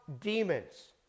demons